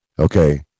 Okay